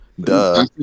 Duh